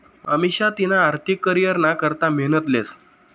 अमिषा तिना आर्थिक करीयरना करता मेहनत लेस